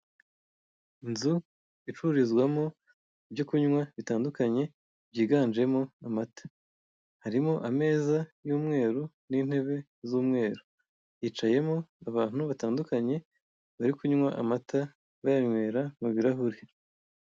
Inzu icururizwamo ibyo kunywa bitandukanye byiganjemo amata, harimo ameza y'umweru n'intebe z'umweru, hicayemo abantu batandukanye bari kunywa amata bayanywera mu birahuri.